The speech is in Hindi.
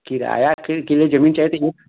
किराया फिर कह रहे जमीन कैसी